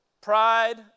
Pride